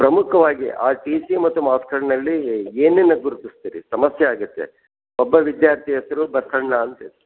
ಪ್ರಮುಖವಾಗಿ ಆ T C ಮತ್ತು ಮಾರ್ಕ್ಸ್ ಕಾರ್ಡ್ನಲ್ಲಿ ಏನೇನು ಗುರುತಿಸ್ತೀರಿ ಸಮಸ್ಯೆ ಆಗುತ್ತೆ ಒಬ್ಬ ವಿದ್ಯಾರ್ಥಿ ಹೆಸರು ಬಸಣ್ಣ ಅಂತ